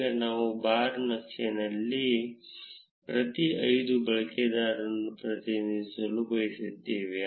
ಈಗ ನಾವು ಬಾರ್ ನಕ್ಷೆ ನಲ್ಲಿ ಪ್ರತಿ 5 ಬಳಕೆದಾರರನ್ನು ಪ್ರತಿನಿಧಿಸಲು ಬಯಸಿದ್ದೇವೆ